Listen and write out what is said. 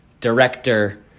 director